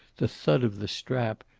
the thud of the strap,